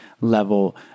level